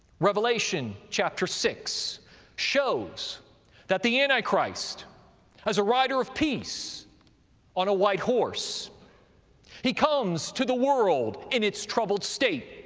revelation, chapter six shows that the antichrist as a rider of peace on a white horse he comes to the world in its troubled state,